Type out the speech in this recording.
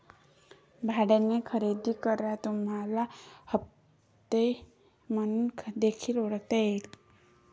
भाड्याने खरेदी करा तुम्हाला हप्ते म्हणून देखील ओळखता येईल